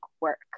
work